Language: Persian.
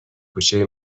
کوچه